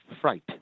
fright